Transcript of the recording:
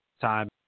time